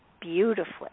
beautifully